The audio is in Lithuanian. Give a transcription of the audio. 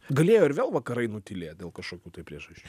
galėjo ir vėl vakarai nutylėti dėl kažkokių priežasčių